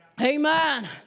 Amen